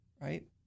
right